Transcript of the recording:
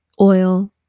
Oil